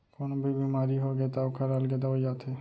कोनो भी बेमारी होगे त ओखर अलगे दवई आथे